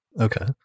Okay